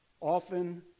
often